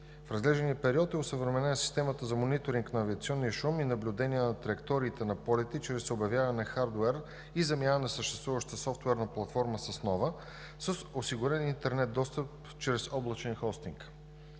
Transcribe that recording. В разглеждания период е осъвременена системата за мониторинг на авиационни шумни наблюдения на траекториите на полети чрез обявяване на хардуер и замяна на съществуващата софтуерна платформа с нова, с осигурен интернет достъп чрез облачен хостинг.